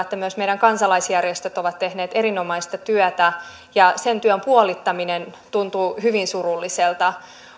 että myös meidän kansalaisjärjestömme ovat tehneet erinomaista työtä ja sen työn puolittaminen tuntuu hyvin surulliselta